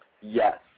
Yes